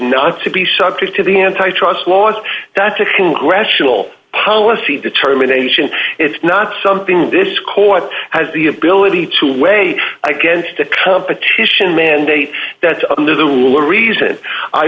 not to be subject to the antitrust laws that's a congressional policy determination it's not something this court has the ability to weigh against a competition mandate that's under the rule or reason i